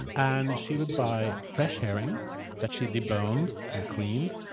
and and she would buy fresh herring that she deboned and cleaned,